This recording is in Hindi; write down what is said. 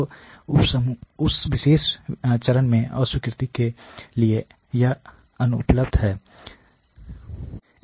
तो उस विशेष चरण में अस्वीकृति के लिए यह अनुपलभ्य है